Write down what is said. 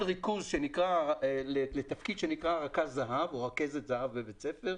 ריכוז לתפקיד שנקרא רכז או רכזת זה"ב בבית ספר.